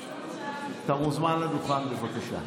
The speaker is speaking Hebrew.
אתה מוזמן לדוכן, בבקשה.